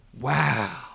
Wow